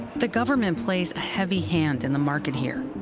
the government plays a heavy hand in the market here,